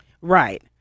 Right